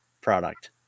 product